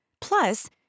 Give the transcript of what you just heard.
Plus